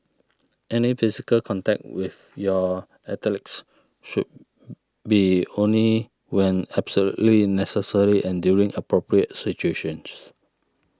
any physical contact with your athletes should be only when absolutely necessary and during appropriate situations